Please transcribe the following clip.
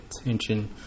attention